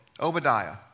Obadiah